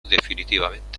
definitivamente